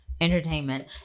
entertainment